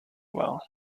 well